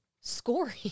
scoring